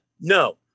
No